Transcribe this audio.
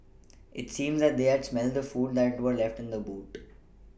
it seemed that they had smelt the food that were left in the boot